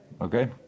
Okay